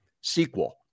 sequel